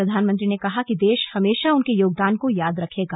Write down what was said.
प्रधानमंत्री ने कहा कि देश हमेशा उनके योगदान को याद रखेगा